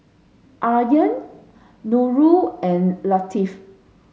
Aryan Nurul and Latif